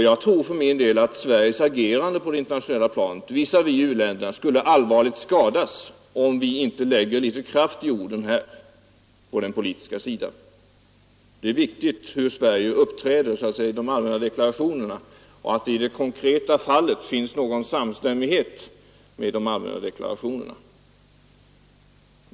Jag tror för min del att Sveriges agerande på det internationella planet visavi u-länderna skulle allvarligt skadas, om vi inte här lägger kraft i orden på den politiska sidan. Det är viktigt hur Sverige uppträder i det konkreta fallet och att det finns samstämmighet med de allmänna deklarationerna.